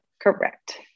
Correct